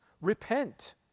Repent